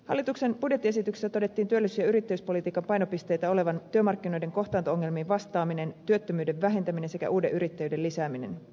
hallituksen budjettiesityksessä todettiin työllisyys ja yrittäjyyspolitiikan painopisteitä olevan työmarkkinoiden kohtaanto ongelmiin vastaaminen työttömyyden vähentäminen sekä uuden yrittäjyyden lisääminen